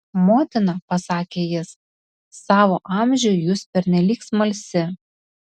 motina pasakė jis savo amžiui jūs pernelyg smalsi